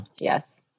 yes